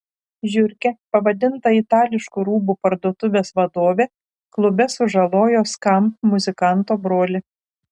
žiurke pavadinta itališkų rūbų parduotuvės vadovė klube sužalojo skamp muzikanto brolį